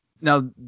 Now